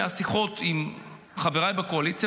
מהשיחות עם חבריי בקואליציה,